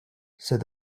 said